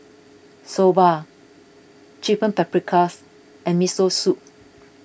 Soba Chicken Paprikas and Miso Soup